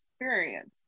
experience